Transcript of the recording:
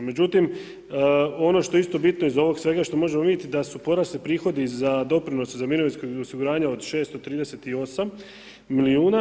Međutim, ono što je isto bitno iz ovog svega, što možemo vidjeti, da su porasli prihodi za doprinose, za mirovinsko osiguranje od 638 milijuna.